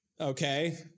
Okay